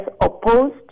opposed